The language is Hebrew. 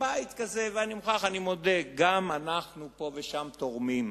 אני מוכרח, אני מודה, גם אנחנו פה ושם תורמים,